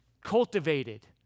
cultivated